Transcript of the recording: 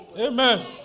Amen